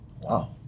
Wow